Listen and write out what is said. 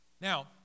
Now